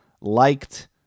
liked